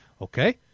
Okay